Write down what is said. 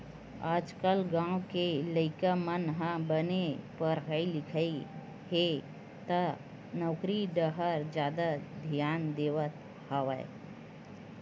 आजकाल गाँव के लइका मन ह बने पड़हत लिखत हे त नउकरी डाहर जादा धियान देवत हवय